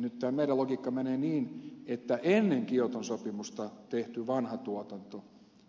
nyt tämä meidän logiikkamme menee niin että ennen kioton sopimusta tehtyyn vanhaan tuotantoon